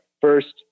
first